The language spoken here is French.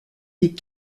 fait